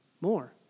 More